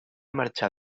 marxar